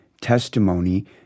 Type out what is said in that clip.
testimony